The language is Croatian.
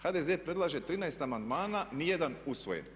HDZ predlaže 13 amandmana, ni jedan usvojen.